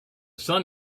sun